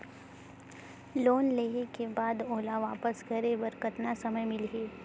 Loan लेहे के बाद ओला वापस करे बर कतना समय मिलही?